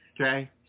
Okay